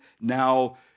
now